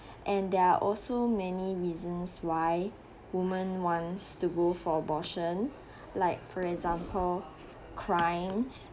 and there are also many reasons why woman wants to go for abortion like for example crimes